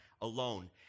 alone